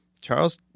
Charles